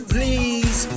Please